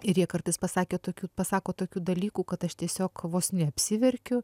ir jie kartais pasakė tokių pasako tokių dalykų kad aš tiesiog vos neapsiverkiu